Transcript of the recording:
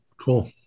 cool